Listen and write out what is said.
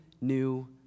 new